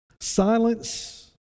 silence